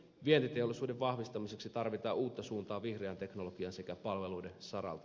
vientiteollisuuden vahvistamiseksi tarvitaan uutta suuntaa vihreän teknologian sekä palveluiden saralta